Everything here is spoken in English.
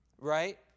right